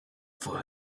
for